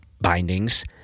bindings